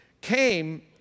came